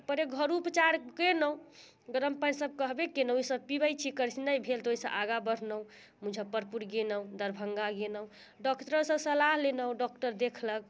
पहिले घरेलू उपचार कयलहुँ गरम पानि ई सब कहबे कयलहुँ ई सब पीबैत छी ओहिसँ नहि भेल तऽ ओहिसँ आगाँ बढ़लहुँ मुजफ्फरपुर गेलहुँ दरभङ्गा गेलहुँ डॉक्टरसँ सलाह लेलहुँ डॉक्टर देखलक